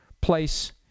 place